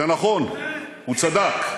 זה נכון, הוא צדק.